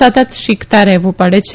સતત શિખતા રહેવુ પડે છે